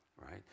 right